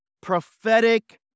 prophetic